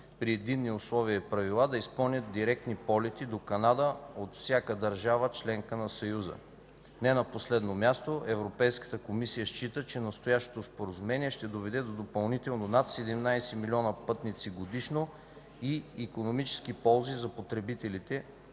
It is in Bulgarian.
при единни условия и правила, да изпълняват директни полети до Канада от всяка държава – членка на Съюза. Не на последно място, Европейската комисия счита, че настоящото Споразумение ще доведе до допълнително над 17 милиона пътници годишно и икономически ползи за потребителите